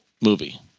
movie